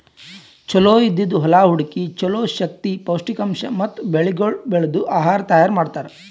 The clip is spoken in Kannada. ಚಲೋ ಇದ್ದಿದ್ ಹೊಲಾ ಹುಡುಕಿ ಚಲೋ ಶಕ್ತಿ, ಪೌಷ್ಠಿಕಾಂಶ ಮತ್ತ ಬೆಳಿಗೊಳ್ ಬೆಳ್ದು ಆಹಾರ ತೈಯಾರ್ ಮಾಡ್ತಾರ್